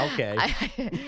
okay